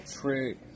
Trick